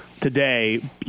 today